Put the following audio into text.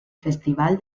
festival